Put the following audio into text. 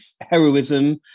heroism